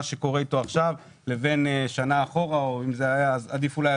שקורה איתו עכשיו לבין מה שקרה איתו שנה אחורה או בשנת 2019,